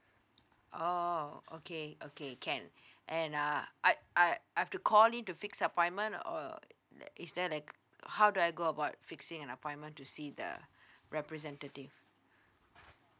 oh okay okay can and uh I I I've to call in to fix appointment or like is there like how do I go about fixing an appointment to see the representative